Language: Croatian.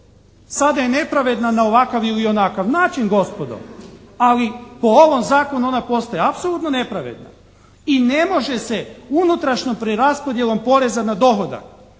Sada je nepravedna na ovakav ili onakav način gospodo, ali po ovom zakonu ona postaje apsolutno nepravedna i ne može se unutrašnjom preraspodjelom poreza na dohodak